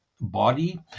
body